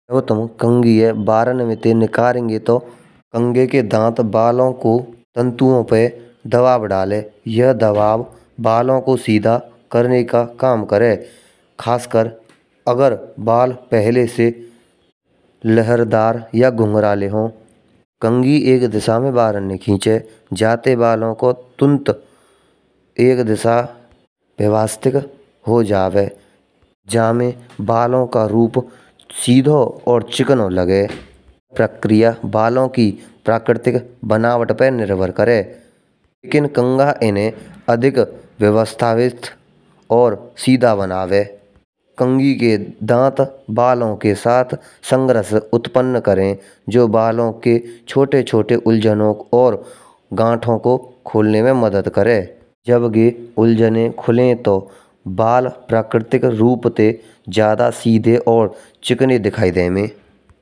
जो तुम कांगें बनल में ते निकालेंगे। तो कांगे के दांत बालों को तंतुओं पर दबाव डाले। या दबाव बालों को सीधा करने का काम करें। खासकर अगर बाल पहले से लहरदार या घुंघराले हों। कांगे एक दिशा में बालन न खींचे। जा ते बालों का तंत एक दिशा में व्यवस्थित हो जावे। जामे बालन का रूप सीधा और चिकना लगे। प्रक्रिया बालं की प्रकृति निर्माण पर निर्भर करें। लेकिन कांगें इन्हें अधिक व्यवस्थित और सीधा बनाए। कांगी के दांत बालों के साथ संघर्ष उत्पन्न करें। जो बालों के छोटे-छोटे उलझनों को और गांठों को खोलने में मदद करें। जबकि उलझनें खुलें तो बाल प्राकृतिक रूप से ज्यादा सीधे और चिकनी दिखाएं दें।